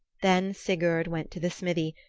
then sigurd went to the smithy,